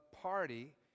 party